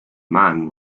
man